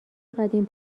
قدیم